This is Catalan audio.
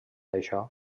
això